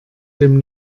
dem